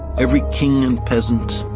every king and peasant.